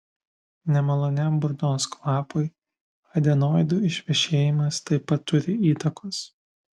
nemaloniam burnos kvapui adenoidų išvešėjimas taip pat turi įtakos